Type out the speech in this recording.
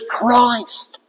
Christ